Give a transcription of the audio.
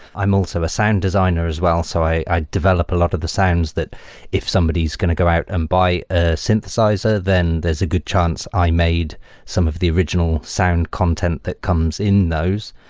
i'm also a sound designer as well. so i develop a lot of the sounds that if somebody's going to go out and buy a synthesizer, then there's a good chance i made some of the original sound content that comes in those.